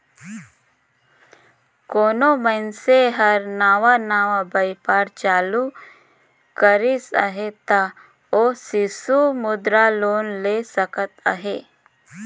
कोनो मइनसे हर नावा नावा बयपार चालू करिस अहे ता ओ सिसु मुद्रा लोन ले सकत अहे